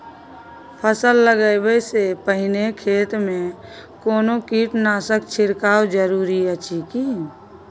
फसल लगबै से पहिने खेत मे कोनो कीटनासक छिरकाव जरूरी अछि की?